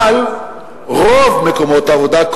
אבל ברוב מקומות העבודה,